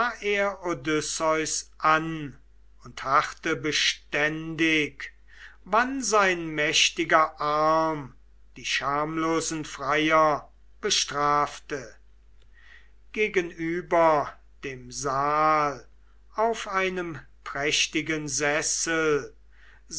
und harrte beständig wann sein mächtiger arm die schamlosen freier bestrafte gegenüber dem saal auf einem prächtigen sessel